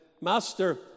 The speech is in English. Master